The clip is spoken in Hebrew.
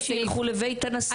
אולי שילכו לבית הנשיא.